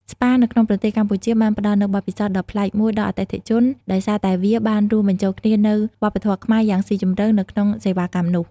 ស្ប៉ានៅក្នុងប្រទេសកម្ពុជាបានផ្តល់នូវបទពិសោធន៍ដ៏ប្លែកមួយដល់អតិថិជន ដោយសារតែវាបានរួមបញ្ចូលគ្នានូវវប្បធម៌ខ្មែរយ៉ាងស៊ីជម្រៅ ទៅក្នុងសេវាកម្មនោះ។